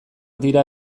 dira